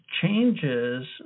changes